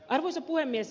arvoisa puhemies